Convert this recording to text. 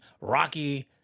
Rocky